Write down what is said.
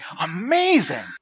Amazing